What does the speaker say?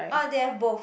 orh they have both